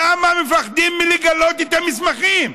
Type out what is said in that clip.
למה מפחדים מלגלות את המסמכים?